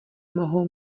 mohou